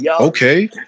Okay